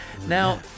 Now